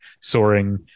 soaring